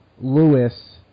Lewis